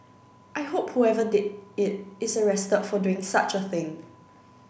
I hope whoever did it is arrested for doing such a thing